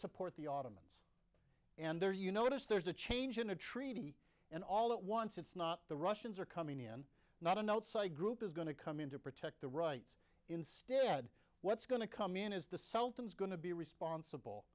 support the ottomans and there you notice there's a change in a treaty and all at once it's not the russians are coming in not an outside group is going to come in to protect the rights instead what's going to come in is the sultan's going to be responsible